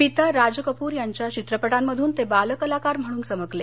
पिता राज कपूर यांच्या चित्रपटांमधून ते बाल कलाकार म्हणून चमकले